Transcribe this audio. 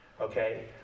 Okay